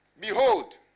Behold